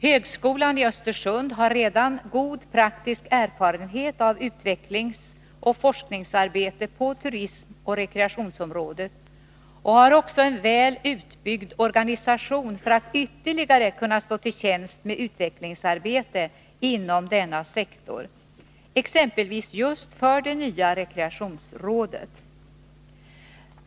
Högskolan i Östersund har redan god praktisk erfarenhet av utvecklingsoch forskningsarbete när det gäller turismen och när det gäller rekreationsområdet och har också en väl utbyggd organisation för att ytterligare kunna stå till tjänst med utvecklingsarbete inom denna sektor, exempelvis just för det nya rekreationsrådet.